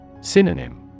Synonym